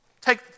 take